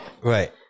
right